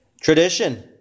Tradition